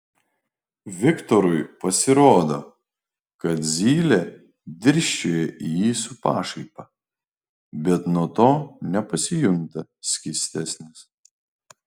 viktorui pasirodo kad zylė dirsčioja į jį su pašaipa bet nuo to nepasijunta skystesnis